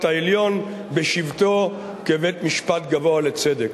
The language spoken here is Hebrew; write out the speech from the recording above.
העליון בשבתו כבית-משפט גבוה לצדק.